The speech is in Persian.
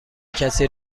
کسی